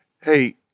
Hey